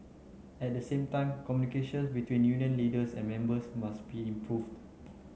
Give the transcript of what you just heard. at the same time communications between union leaders and members must be improved